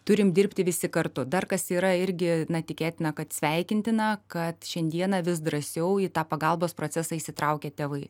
turim dirbti visi kartu dar kas yra irgi tikėtina kad sveikintina kad šiandieną vis drąsiau į tą pagalbos procesą įsitraukia tėvai